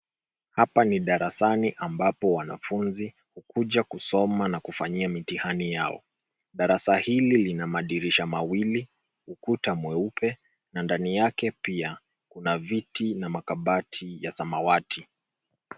Hapa ni darasani ambapo wanafunzi hukuja kusoma na kufanyia mitihani yao, Darasa hili lina madirisha mawili, ukuta mweupe na ndani yake pia kuna viti na makabati ya samawati.